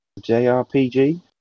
JRPG